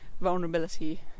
vulnerability